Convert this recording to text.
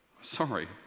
sorry